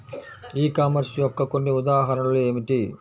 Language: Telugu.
ఈ కామర్స్ యొక్క కొన్ని ఉదాహరణలు ఏమిటి?